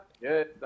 Yes